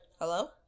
Hello